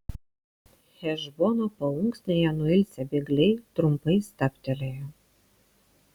hešbono paunksnėje nuilsę bėgliai trumpai stabtelėjo